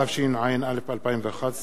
התשע"א 2011,